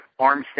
Armstead